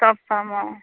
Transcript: চব পাম অ